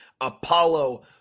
Apollo